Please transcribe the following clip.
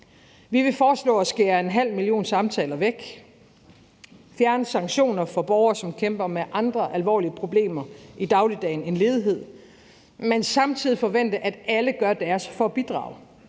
Vi vil foreslå at skære en halv million samtaler væk og fjerne sanktioner for borgere, som kæmper med andre alvorlige problemer i dagligdagen end ledighed, men samtidig forvente, at alle gør deres for at bidrage.